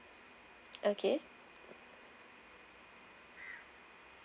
okay